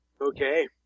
Okay